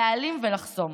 להעלים ולחסום.